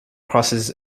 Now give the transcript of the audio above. crosses